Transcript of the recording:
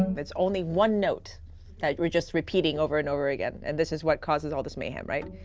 but it's only one note that we're just repeating over and over again. and this is what causes all this mayhem, right?